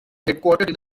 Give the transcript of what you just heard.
headquartered